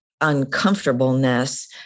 uncomfortableness